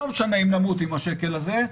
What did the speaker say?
לא משנה אם נמות עם השקל הזה,